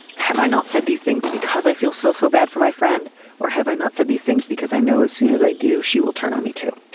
have i not said these things because i feel so so bad for my friend or have i not said these things because i know as soon as i do she will turn on me too.